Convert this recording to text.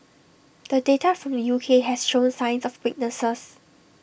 the data from the U K has shown signs of weaknesses